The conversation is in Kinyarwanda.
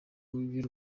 y’u